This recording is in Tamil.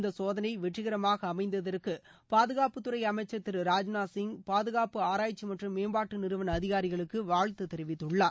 இந்த சோதனை வெற்றிகரமாக அமைந்ததற்கு பாதுகாப்புத் துறை அமைச்சர் திரு ராஜ்நாத் சிங் பாதுகாப்பு ஆராய்ச்சி மற்றும் மேம்பாட்டு நிறுவன அதிகாரிகளுக்கு வாழ்தது தெரிவித்துள்ளார்